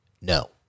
no